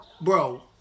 bro